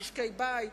משקי-בית,